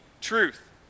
truth